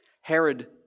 Herod